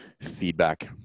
feedback